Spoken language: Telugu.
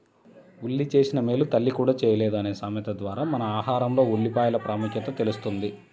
ఉల్లి చేసిన మేలు తల్లి కూడా చేయలేదు అనే సామెత ద్వారా మన ఆహారంలో ఉల్లిపాయల ప్రాముఖ్యత తెలుస్తుంది